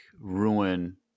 ruin